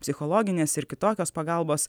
psichologinės ir kitokios pagalbos